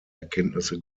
erkenntnisse